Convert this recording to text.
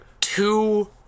two